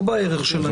לא בערך שלהן.